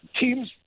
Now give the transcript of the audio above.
teams